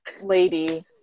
lady